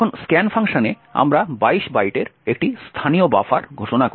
এখন scan ফাংশনে আমরা 22 বাইটের একটি স্থানীয় বাফার ঘোষণা করি